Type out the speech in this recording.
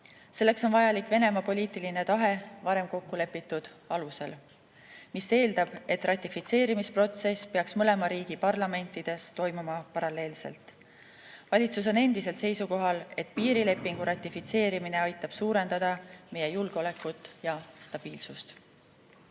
Selleks on vajalik Venemaa poliitiline tahe varem kokkulepitud alusel, mis eeldab, et ratifitseerimisprotsess peaks mõlema riigi parlamentides toimuma paralleelselt. Valitsus on endiselt seisukohal, et piirilepingu ratifitseerimine aitab suurendada meie julgeolekut ja stabiilsust. Austatud